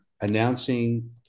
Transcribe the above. announcing